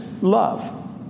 love